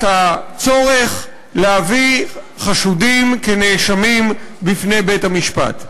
הצורך להביא חשודים כנאשמים בפני בית-המשפט.